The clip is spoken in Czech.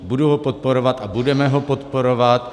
Budu ho podporovat a budeme ho podporovat.